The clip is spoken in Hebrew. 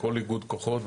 לכל איגוד כוחות,